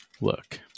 look